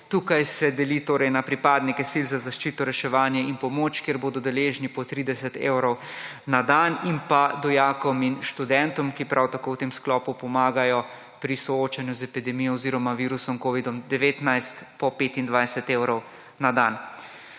Tukaj se deli torej na pripadnike sil za zaščito, reševanje in pomoč, kjer bodo deležni po 30 evrov na dan, in pa dijakom in študentom, ki prav tako v tem sklopu pomagajo pri soočanju z epidemijo oziroma virusom Covid-19, po 25 evrov na dan.